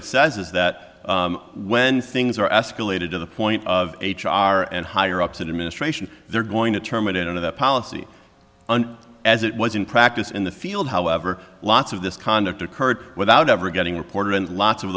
it says is that when things are escalated to the point of h r and higher ups in administration they're going to turn it into the policy and as it was in practice in the field however lots of this conduct occurred without ever getting reported and lots of